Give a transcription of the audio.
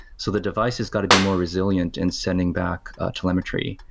so the device has got to be more resilient and sending back telemetry.